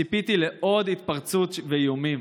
ציפיתי לעוד התפרצות ואיומים,